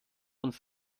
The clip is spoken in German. uns